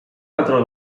patró